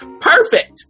perfect